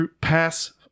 pass